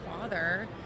father